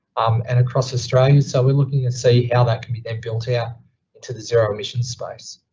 um, and across australia. so we're looking to see how that can be and built out into the zero emissions space.